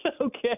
Okay